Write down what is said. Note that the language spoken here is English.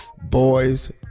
boys